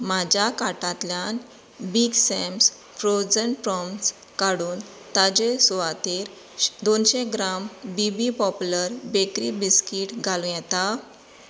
म्हज्या कार्टांतल्यान big Sam's frozen prawns काडून ताजे सुवातेर दोनशीं gram B B popular bakery biscuit घालूं येता